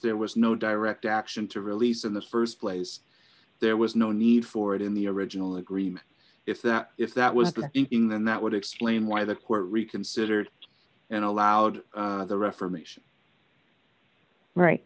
there was no direct action to release in the st place there was no need for it in the original agreement if that if that was the thinking then that would explain why the court reconsidered and allowed the reformation right